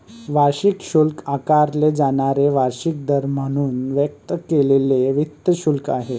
वार्षिक शुल्क आकारले जाणारे वार्षिक दर म्हणून व्यक्त केलेले वित्त शुल्क आहे